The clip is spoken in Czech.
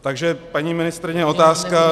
Takže paní ministryně, otázka.